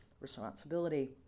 responsibility